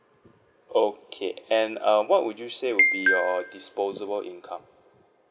okay and uh what would you say would be your disposable income